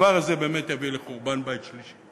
הדבר הזה באמת יביא לחורבן בית שלישי.